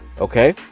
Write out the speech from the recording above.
okay